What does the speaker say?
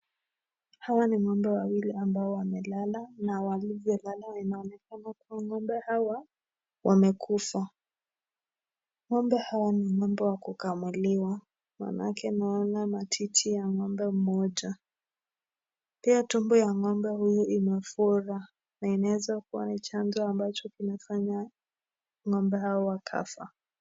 Hawa ni ng'ombe wawili ambao wamelala na walivyolala inaonekana kuwa ng'ombe hawa wamekufa. Ng'ombe hawa ni ng'ombe wa kukamuliwa maanake naona matiti ya ng'ombe mmoja. Pia tumbo ya ng'ombe huyo imefura. Naelezwa kuwa ni chanjo ambacho kimefanya ng'ombe hawa wakafa.